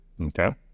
Okay